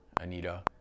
Anita